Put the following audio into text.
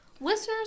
Listeners